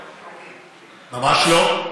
אוקיי.